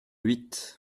huit